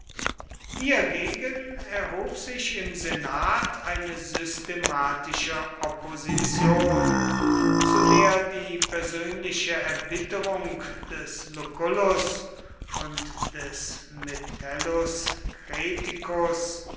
hiergegen erhob sich im senat eine systematische opposition zu der die persönliche erbitterung des lucullus und des